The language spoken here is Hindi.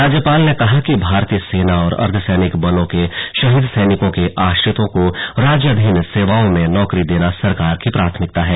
राज्यपाल ने कहा कि भारतीय सेना और अर्धसैनिक बलों के शहीद सैनिकों के आश्रितों को राज्याधीन सेवाओं में नौकरी देना सरकार की प्राथमिकता है